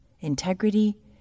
integrity